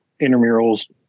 intramurals